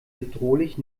bedrohlich